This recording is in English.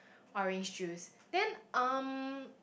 orange juice then um